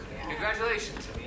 Congratulations